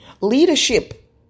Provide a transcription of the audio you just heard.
Leadership